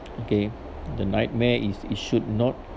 okay the nightmare is it should not